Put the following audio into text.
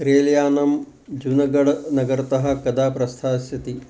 रेल्यानं जुनगढनगरतः कदा प्रस्थास्यति